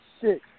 six